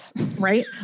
Right